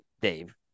Dave